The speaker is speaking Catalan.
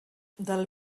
del